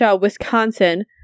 wisconsin